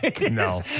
no